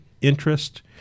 interest